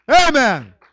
Amen